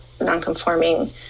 nonconforming